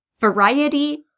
variety